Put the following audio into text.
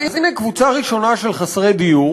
אז הנה קבוצה ראשונה של חסרי דיור